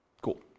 Cool